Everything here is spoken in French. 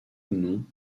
non